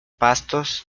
pastos